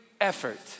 effort